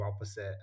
opposite